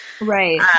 right